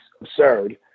absurd